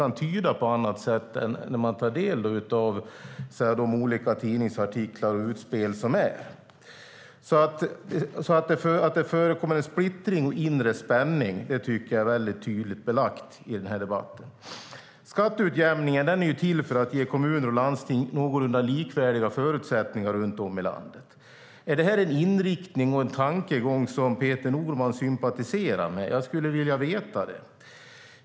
När man tar del av de olika tidningsartiklarna och utspelen kan man inte tyda det på annat sätt. Att det är en splittring och inre spänning tycker jag är tydligt belagt i den här debatten. Skatteutjämningen är till för att ge kommuner och landsting någorlunda likvärdiga förutsättningar runt om i landet. Är det en inriktning och en tankegång som Peter Norman sympatiserar med? Jag skulle vilja veta det.